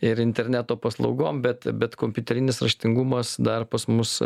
ir interneto paslaugom bet bet kompiuterinis raštingumas dar pas mus